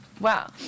Wow